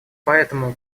поэтому